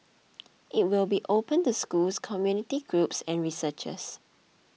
it will be open to schools community groups and researchers